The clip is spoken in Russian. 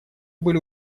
были